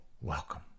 welcome